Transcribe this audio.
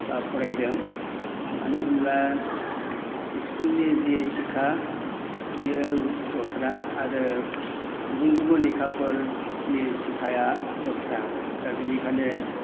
बा फरायदों मानो होनब्ला स्कुलनि जि शिक्षा बियो दस्रा आरो गुबुन गुबुन लेखाफोरनि शिक्षाया दस्रा दा बेनिखायनो